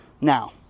Now